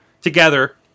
together